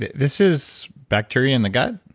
this is bacteria in the gut?